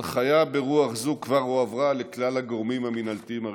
הנחיה ברוח זו כבר הועברה לכלל הגורמים המינהלתיים הרלוונטיים.